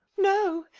no,